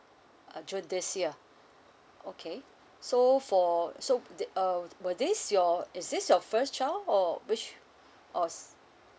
uh june this year okay so for so the uh were this your is this your first child or which